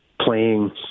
playing